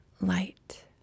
light